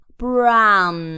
brown，